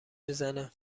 میزنه